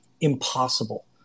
impossible